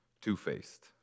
Two-faced